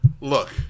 look